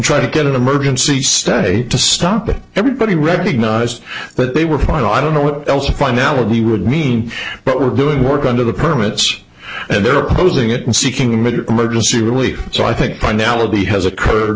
try to get an emergency state to stop and everybody recognized that they were fine i don't know what else finality would mean but we're doing work under the permits and they're opposing it and seeking medical emergency relief so i think penelope has occurred